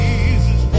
Jesus